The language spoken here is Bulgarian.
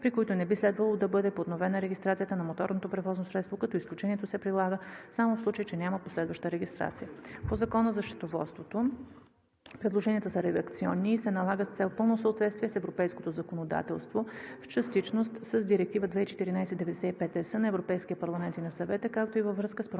при които не би следвало да бъде подновена регистрацията на моторното превозно средство, като изключението се прилага само, в случай че няма последваща регистрация. По Закона за счетоводството предложенията са редакционни и се налагат с цел пълно съответствие с европейското законодателство, в частност с Директива 2014/95/ЕС на Европейския парламент и на Съвета, както и във връзка с промяната